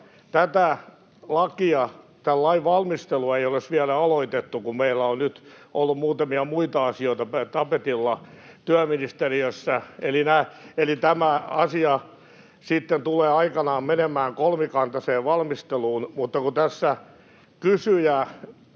Mutta tämän lain valmistelua ei ole vielä edes aloitettu, kun meillä on nyt ollut muutamia muita asioita tapetilla työministeriössä. Eli tämä asia tulee sitten aikanaan menemään kolmikantaiseen valmisteluun. Mutta kun tässä kysyjä